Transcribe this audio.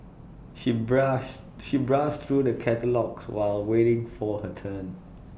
she browse she browsed through the catalogues while waiting for her turn